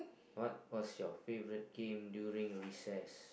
what what's your favourite game during recess